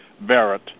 Barrett